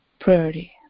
priority